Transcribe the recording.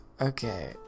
Okay